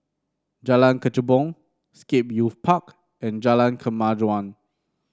Jalan Kechubong Scape Youth Park and Jalan Kemajuan